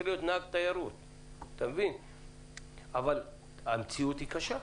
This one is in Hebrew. להיות נהג תיירות אבל המציאות היא קשה.